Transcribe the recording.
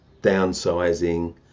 downsizing